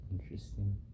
interesting